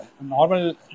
Normal